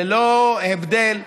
ללא הבדלי דת,